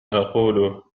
أقوله